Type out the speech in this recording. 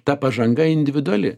ta pažanga individuali